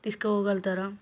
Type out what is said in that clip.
తీసుకపోగలుతారా